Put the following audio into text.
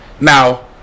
Now